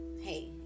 hey